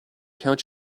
count